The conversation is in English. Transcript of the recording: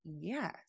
yes